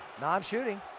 Non-shooting